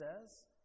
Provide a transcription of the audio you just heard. says